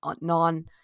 non-